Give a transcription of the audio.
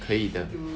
可以的